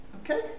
Okay